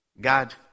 God